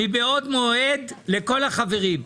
אני אודיע מבעוד מועד לכל החברים.